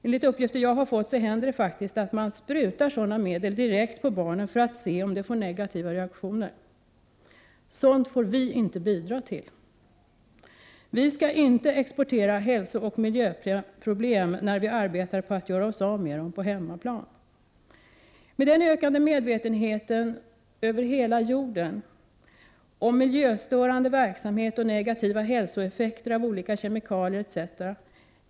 Enligt uppgifter jag fått händer det faktiskt att man sprutar sådana medel direkt på barnen, för att se om de får negativa reaktioner. Sådant får vi inte bidra till! Vi skall inte exportera hälsooch miljöproblem, när vi arbetar på att göra oss av med dem på hemmaplan. Med den över hela jorden ökande medvetenheten om miljöstörande verksamhet och negativa hälsoeffekter av olika kemikalier etc.